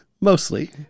mostly